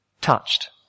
touched